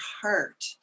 heart